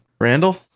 Randall